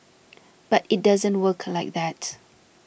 but it doesn't work like that